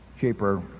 cheaper